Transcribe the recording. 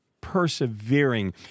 persevering